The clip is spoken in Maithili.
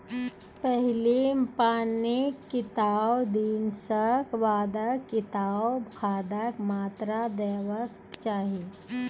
पहिल पानिक कतबा दिनऽक बाद कतबा खादक मात्रा देबाक चाही?